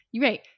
Right